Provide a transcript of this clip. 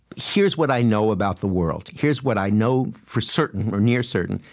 here's what i know about the world. here's what i know for certain, or near certain,